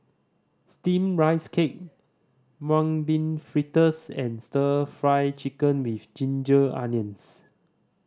Steamed Rice Cake Mung Bean Fritters and Stir Fry Chicken with ginger onions